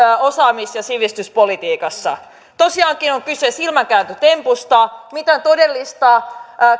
osaamis ja sivistyspolitiikassa tosiaankin on on kyse silmänkääntötempusta mitään todellista